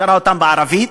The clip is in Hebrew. הוא קרא אותם בערבית.